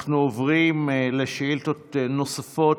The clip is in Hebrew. אנחנו עוברים לשאילתות נוספות,